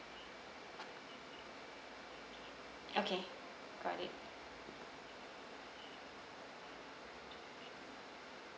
okay got it